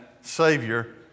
Savior